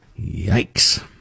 Yikes